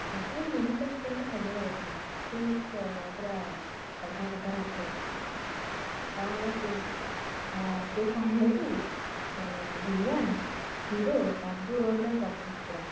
ମୋତେ କିନ୍ତୁ ମିହିର ଦାସ୍ ରୋଲ୍ଟା ସବୁବେଳେ ବଢ଼ିଆ ଲାଗେ ସେ ହେଉଛି ପୁରା ଅଲଗାପ୍ରକାର ଆକ୍ଟରଟା ତା' ଭଳିଆ କିଏ ହଁ ସେ କମେଡ଼ି ଭିଲିଆନ୍ ହିରୋ ସବୁ ରୋଲ୍ ପାଇଁ ପରଫେକ୍ଟ ପୁରା